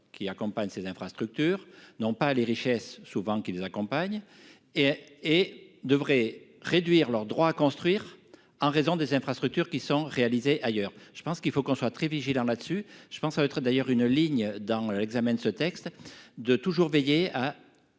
qui accompagne ces infrastructures, non pas les richesses souvent qui les accompagnent et et devraient réduire leurs droits à construire en raison des infrastructures qui sont réalisées ailleurs je pense qu'il faut qu'on soit très vigilant là-dessus je pense ça va être d'ailleurs une ligne dans l'examen de ce texte de toujours veiller à.